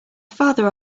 father